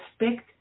respect